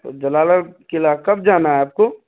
جلال گڑھ قلع کب جانا ہے آپ کو